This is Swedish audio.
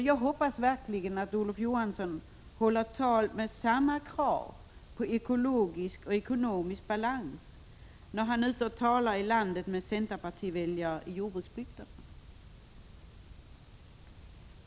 Jag hoppas därför verkligen att Olof Johansson håller anföranden med samma krav på ekologisk och ekonomisk balans när han är ute i landet och talar med centerpartiväljare i jordbruksbygderna.